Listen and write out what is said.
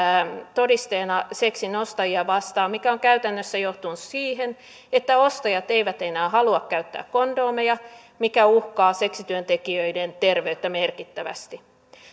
todisteena seksin ostajia vastaan mikä on käytännössä johtanut siihen että ostajat eivät enää halua käyttää kondomeja mikä uhkaa seksityöntekijöiden terveyttä merkittävästi